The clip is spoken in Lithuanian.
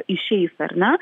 išeis ar ne